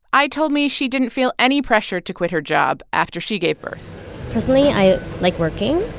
ai told me she didn't feel any pressure to quit her job after she gave birth personally, i like working.